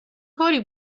کاری